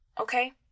Okay